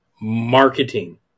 marketing